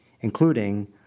including